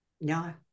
No